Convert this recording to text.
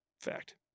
Fact